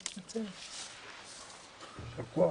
יישר כוח.